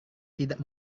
tidak